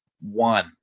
one